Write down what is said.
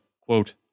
quote